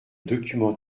document